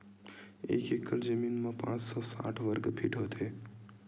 एक एकड़ जमीन मा पांच सौ साठ वर्ग फीट होथे